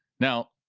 now,